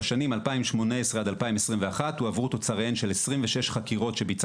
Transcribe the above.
בשנים 2018 2021 הועברו תוצריהן של 26 חקירות שביצע